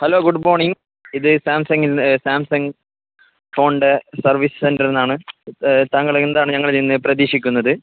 hello good morning ഇത് സാംസങി Samsung ഫോണിൻ്റെ സർവീസ് സെൻറ്ററിൽ നിന്നാണ് താങ്കളെന്താണ് ഞങ്ങളിൽ നിന്ന് പ്രതീക്ഷിക്കുന്നത്